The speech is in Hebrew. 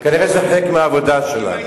זה כנראה חלק מהעבודה שלנו.